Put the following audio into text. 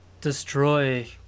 destroy